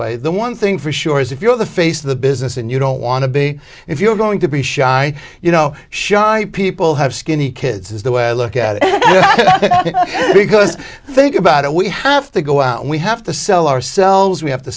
way the one thing for sure is if you're the face of the business and you don't want to be if you're going to be shy you know shy people have skinny kids is the way i look at it because think about it we have to go out and we have to sell ourselves we have to